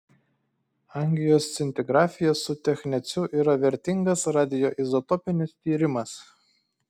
angioscintigrafija su techneciu yra vertingas radioizotopinis tyrimas